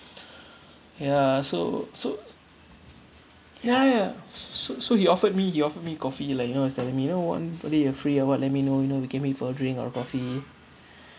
ya so so ya ya s~ so so he offered me he offered me coffee like you know he's telling me you know what buddy you're free or what let me know you know we can meet for a drink or coffee